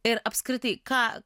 ir apskritai ką